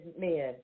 men